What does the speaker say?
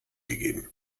gegeben